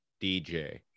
DJ